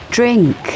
Drink